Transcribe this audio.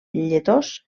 lletós